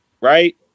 Right